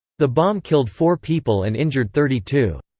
the bomb killed four people and injured thirty two.